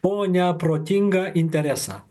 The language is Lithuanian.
o ne protingą interesą